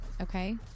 okay